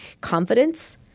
confidence